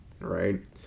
right